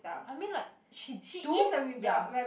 I mean like she do ya